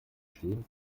stehen